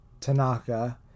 Tanaka